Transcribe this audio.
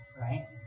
Right